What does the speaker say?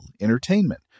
entertainment